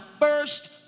first